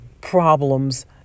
problems